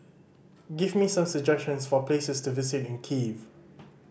give me some suggestions for places to visit in Kiev